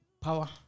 Power